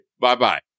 Bye-bye